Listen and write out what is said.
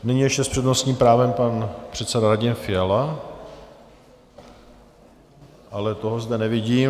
Nyní ještě s přednostním právem pan předseda Radim Fiala, ale toho zde nevidím.